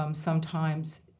um sometimes